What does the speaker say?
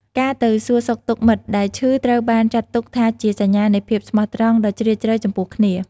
ការទៅសួរសុខទុក្ដមិត្តដែលឈឺត្រូវបានចាត់ទុកថាជាសញ្ញានៃភាពស្មោះត្រង់ដ៏ជ្រាលជ្រៅចំពោះគ្នា។